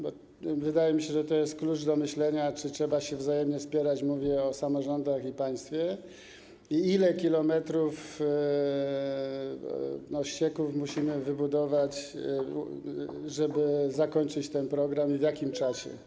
Bo wydaje mi się, że to jest klucz do myślenia, czy trzeba się wzajemnie wspierać - mówię o samorządach i państwie - i ile kilometrów ścieków musimy wybudować, żeby zakończyć ten program i w jakim czasie?